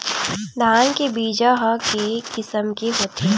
धान के बीजा ह के किसम के होथे?